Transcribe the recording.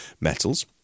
metals